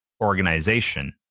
Organization